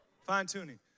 Fine-tuning